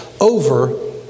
over